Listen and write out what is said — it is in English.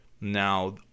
now